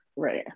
right